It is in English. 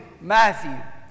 Matthew